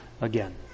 again